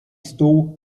stół